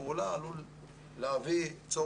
בואי נגיד ש-20%.